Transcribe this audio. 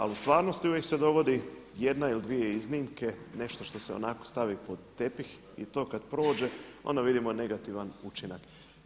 Ali u stvarnosti uvijek se dogodi jedna ili dvije iznimke, nešto što se onako stavi pod tepih i to kad prođe onda vidimo negativan učinak.